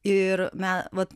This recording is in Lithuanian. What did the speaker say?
ir mę vat